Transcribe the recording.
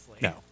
No